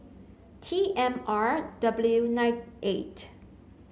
T M R W nine eight